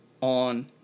on